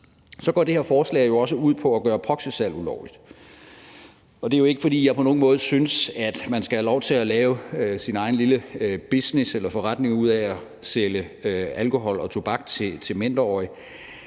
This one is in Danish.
Så går det her forslag jo også ud på at gøre proxysalg ulovligt. Og det er jo ikke, fordi jeg på nogen måde synes, at man skal have lov til at lave sin egen lille business eller forretning ud af at sælge alkohol og tobak til mindreårige,